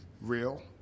real